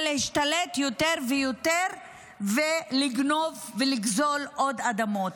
להשתלט יותר ויותר ולגנוב ולגזול עוד אדמות.